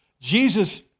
Jesus